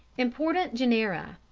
important genera.